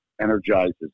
energizes